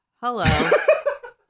Hello